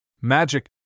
Magic